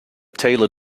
taylor